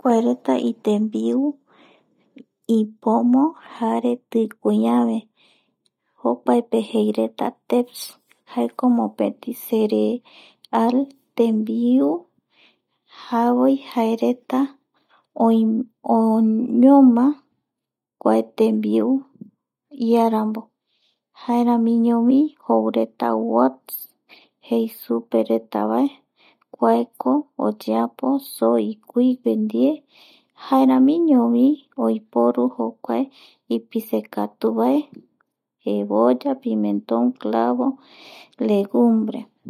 Kuaereta itembiuipomo jare tikui äve teps jaeko mopeti cere, al tembiu javoi jaereta oñoma kua tembiu iarambo, jaeramiñovi joureta wath jei supereta vae kuako oyepo so ikuigue ndie jareamiñovi oiporu jokuae ipisekatuvae jevoya pimienton pakova legumbre